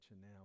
now